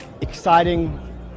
exciting